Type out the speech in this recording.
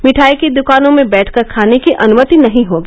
मिठाई की दकानों में बैठकर खाने की अनुमति नहीं होगी